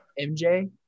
MJ